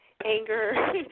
anger